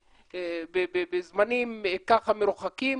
בזמנים ככה מרוחקים,